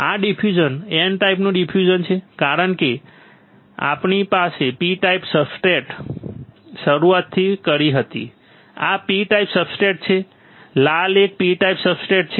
આ diffusion N ટાઈપનું diffusion છે કારણ કે આપણે P ટાઇપ સબસ્ટ્રેટથી શરૂઆત કરી હતી આ P ટાઇપ સબસ્ટ્રેટ છે લાલ એક P ટાઇપ સબસ્ટ્રેટ છે